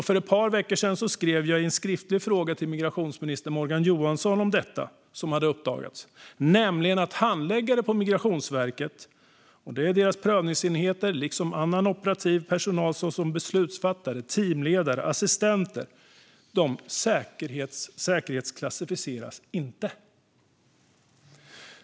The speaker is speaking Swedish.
För ett par veckor sedan skrev jag därför i en skriftlig fråga till migrationsminister Morgan Johansson om det som hade uppdagats för mig: att handläggare på Migrationsverkets prövningsenheter liksom annan operativ personal såsom beslutsfattare, teamledare och assistenter inte säkerhetsprövas.